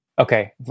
Okay